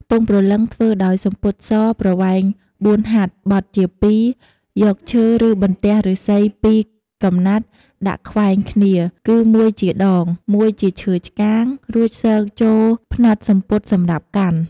ទង់ព្រលឹងធ្វើដោយសំពត់សប្រវែង ៤ ហត្ថ បត់ជា ២ យកឈើ ឬបន្ទះ ឫស្សី ២ កំណាត់ដាក់ខ្វែងគ្នា គឺមួយជាដង មួយជាឈើឆ្កាង រួចស៊កក្នុងផ្នត់សំពត់សម្រាប់កាន់។